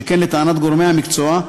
שכן לטענת גורמי המקצוע,